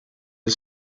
del